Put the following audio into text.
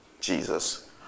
Jesus